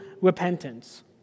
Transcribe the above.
repentance